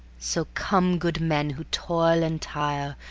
so come, good men who toil and tire,